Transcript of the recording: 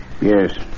Yes